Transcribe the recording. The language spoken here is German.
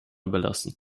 überlassen